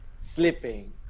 Sleeping